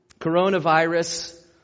Coronavirus